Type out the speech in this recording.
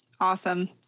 Awesome